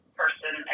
person